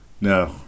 no